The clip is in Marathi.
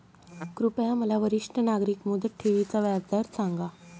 कृपया मला वरिष्ठ नागरिक मुदत ठेवी चा व्याजदर सांगा